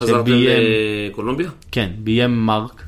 בקולומביה? כן, בי.אם.מרק